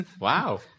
Wow